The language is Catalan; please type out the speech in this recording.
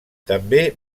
també